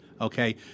Okay